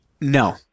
No